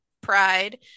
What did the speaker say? Pride